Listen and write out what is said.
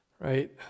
right